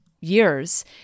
years